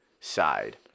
side